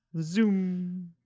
Zoom